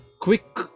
quick